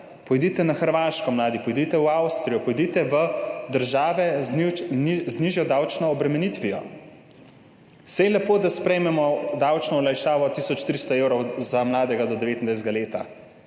pojdite na Hrvaško, pojdite v Avstrijo, pojdite v države z nižjo davčno obremenitvijo. Saj je lepo, da sprejmemo davčno olajšavo tisoč 300 evrov za mladega do 29. leta,